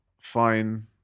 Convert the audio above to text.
fine